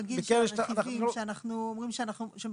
טור 1 טור 2 טור 3 טור 4 רכיבי שכר ערך שעה לעובד ניקיון